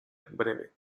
breve